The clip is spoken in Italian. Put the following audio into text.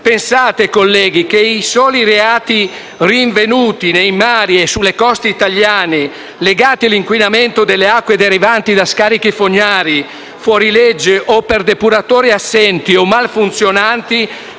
Pensate, colleghi, che i soli reati rinvenuti nei mari e sulle coste italiane legati all'inquinamento delle acque derivanti da scarichi fognari fuorilegge o per depuratori assenti o malfunzionanti